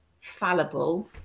fallible